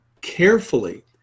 carefully